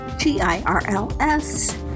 g-i-r-l-s